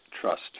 trust